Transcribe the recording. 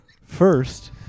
first